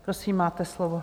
Prosím, máte slovo.